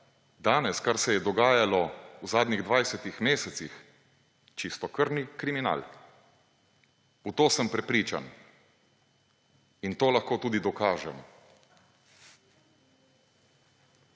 danes, kar se je dogajalo v zadnjih 20 mesecih, čistokrvni kriminal. V to sem prepričan in to lahko tudi dokažem.